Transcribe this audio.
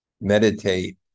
meditate